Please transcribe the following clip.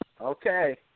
Okay